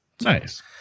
Nice